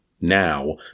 now